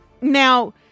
Now